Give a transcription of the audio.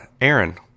Aaron